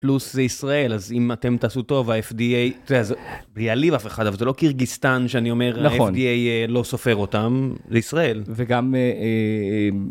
פלוס זה ישראל, אז אם אתם תעשו טוב, ה-FDA, זה יעלים אף אחד, אבל זה לא קירגיסטן שאני אומר, ה-FDA לא סופר אותם, זה ישראל. וגם...